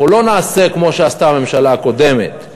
אנחנו לא נעשה כמו שעשתה הממשלה הקודמת,